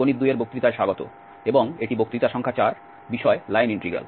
গণিত 2 এর বক্তৃতায় স্বাগত এবং এটি বক্তৃতা সংখ্যা 4 বিষয় লাইন ইন্টিগ্রাল